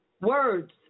words